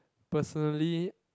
personally